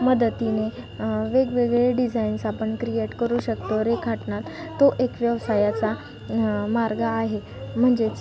मदतीने वेगवेगळे डिझाईन्स आपण क्रीएट करू शकतो रेखाटनात तो एक व्यव सायाचा मार्ग आहे म्हणजेच